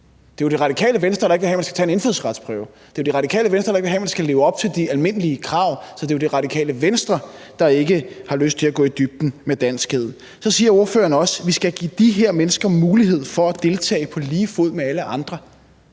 Det er jo Det Radikale Venstre, der ikke vil have, at man skal tage en indfødsretsprøve, det er jo Det Radikale Venstre, der ikke vil have, at man skal leve op til de almindelige krav. Så det er jo Det Radikale Venstre, der ikke har lyst til at gå i dybden med danskhed. Så siger ordføreren også, at vi skal give de her mennesker mulighed for at deltage på lige fod med alle andre.